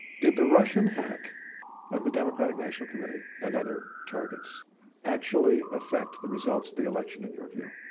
did the russian hack of the democratic national committee and other targets actually affect the results of the election in your view?